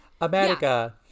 America